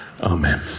Amen